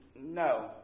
no